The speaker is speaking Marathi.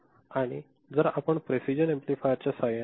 आणि जर आपण प्रेसिजन एम्पलीफायर च्या साहाय्याने 0